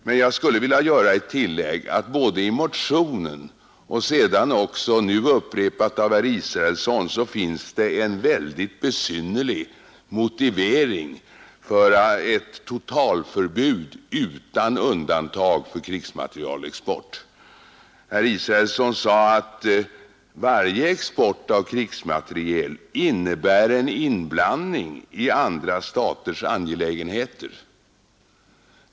Men jag skulle vilja göra det tillägget att både i motionen och nu också i herr Israelssons inlägg finns det en väldigt besynnerlig motivering för ett totalförbud, utan undantag, för krigsmaterielexport. Herr Israelsson sade att varje export av krigsmateriel innebär en inblandning i andra staters angelägenheter.